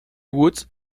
woods